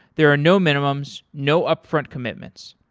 there are no minimums, no upfront commitments.